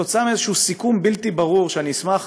עקב איזשהו סיכום בלתי ברור, ואני אשמח